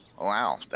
wow